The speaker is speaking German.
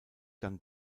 kann